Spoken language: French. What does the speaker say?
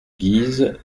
guise